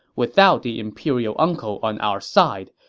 without the imperial uncle on our side,